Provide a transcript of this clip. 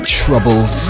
troubles